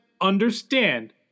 understand